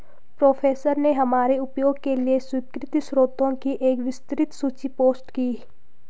professor ने हमारे उपयोग के लिए स्वीकृत स्रोतों की एक विस्तृत सूची पोस्ट की